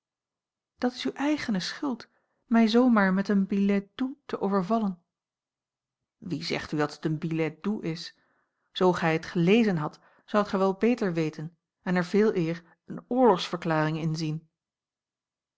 dat is uw eigene schuld mij zoo maar met een billet doux te overvallen wie zegt u dat het een billet doux is zoo gij het gelezen hadt zoudt gij wel beter weten en er veeleer eene oorlogsverklaring in